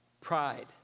Pride